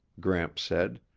gramps said.